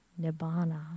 nibbana